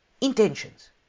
intentions